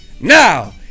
Now